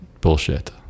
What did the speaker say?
bullshit